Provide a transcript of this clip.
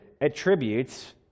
attributes